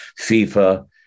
FIFA